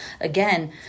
Again